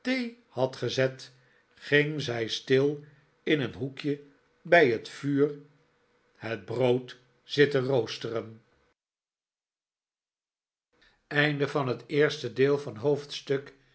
had gezet ging zij stil in een hoekje bij het vuur het brood zitten roosteren